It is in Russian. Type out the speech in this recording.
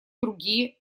другие